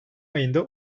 ayında